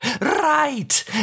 Right